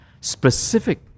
specific